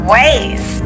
Ways